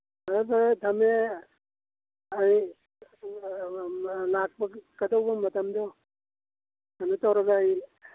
ꯐꯔꯦ ꯐꯔꯦ ꯊꯝꯃꯦ ꯑꯩ ꯂꯥꯛꯀꯗꯧꯕ ꯃꯇꯝꯗꯣ ꯀꯩꯅꯣ ꯇꯧꯔꯒ ꯑꯩ